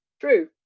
True